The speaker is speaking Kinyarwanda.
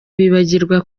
bibagirwa